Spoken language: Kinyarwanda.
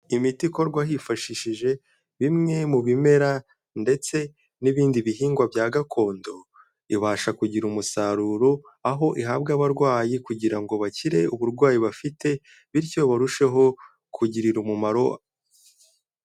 Imiti ikorwa hifashishije bimwe mu bimera ndetse n'ibindi bihingwa bya gakondo, ibasha kugira umusaruro aho ihabwa abarwayi kugira ngo bakire uburwayi bafite, bityo barusheho kugirira umumaro.